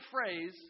phrase